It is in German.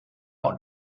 und